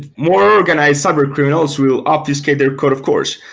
more organized cyber criminals will obfuscate their code of course.